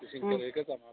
ꯎꯝ